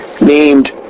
named